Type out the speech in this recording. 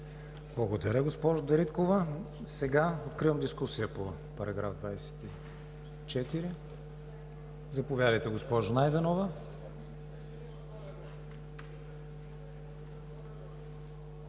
Благодаря, госпожо Дариткова. Откривам дискусия по § 24. Заповядайте, госпожо Найденова.